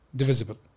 divisible